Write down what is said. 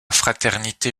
fraternité